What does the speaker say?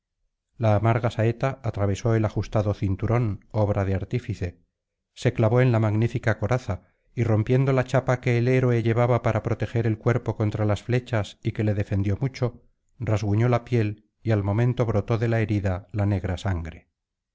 la amarga saeta atravesó el ajustado cinturón obra de artífice se clavó en la magnífica coraza y rompiendo la chapa que el héroe llevaba para proteger el cuerpo contra las flechas y que le defendió mucho rasguñó la piel y al momento brotó de la herida la negra sangre